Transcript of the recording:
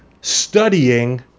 studying